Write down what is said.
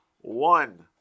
one